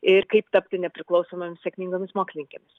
ir kaip tapti nepriklausomomis sėkmingomis mokslininkėmis